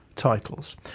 titles